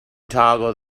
toggle